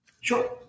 Sure